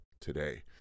today